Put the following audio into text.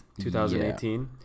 2018